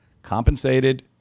compensated